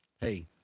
hey